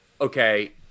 okay